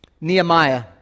Nehemiah